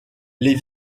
les